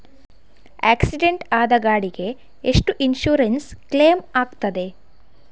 Accident ಆದ ಗಾಡಿಗೆ ಎಷ್ಟು ಇನ್ಸೂರೆನ್ಸ್ ಕ್ಲೇಮ್ ಆಗ್ತದೆ?